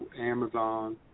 Amazon